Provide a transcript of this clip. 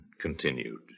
continued